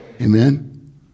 Amen